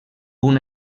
una